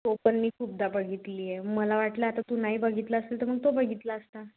हो पण मी खूपदा बघितली आहे मला वाटलं आता तू नाही बघितला असेल तर मग तो बघितला असता